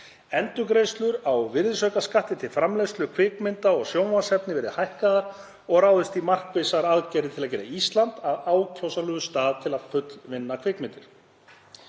Endurgreiðslur á virðisaukaskatti til framleiðenda kvikmynda og sjónvarpsefnis verði hækkaðar og farið í markvissar aðgerðir til að gera Ísland að ákjósanlegum stað til fullvinnslu kvikmynda.